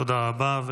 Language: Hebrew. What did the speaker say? תודה רבה.